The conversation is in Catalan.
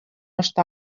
està